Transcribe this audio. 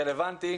רלוונטי.